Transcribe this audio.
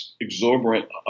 exorbitant